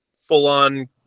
full-on